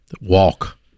Walk